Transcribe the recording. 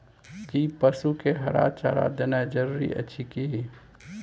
कि पसु के हरा चारा देनाय जरूरी अछि की?